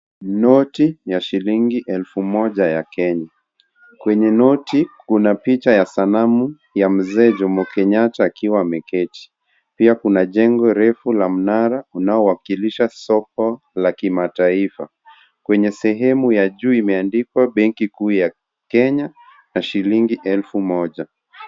Noti ya shilingi elfu moja ya Kenya. Kwenye noti kuna picha ya sanamu ya Mzee Jomo Kenyatta akiwa ameketi pia kuna jengo refu la mnara unaowakilisha soko la kimataifa . Kwenye sehemu ya juu imeandikwa benki kuu ya Kenya na shilingi elfu moja.